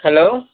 hello